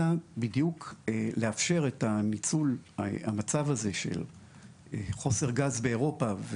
אלא בדיוק לאפשר את ניצול המצב הזה של חוסר גז באירופה,